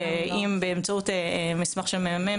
אם באמצעות מסמך של ממ"מ,